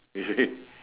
you see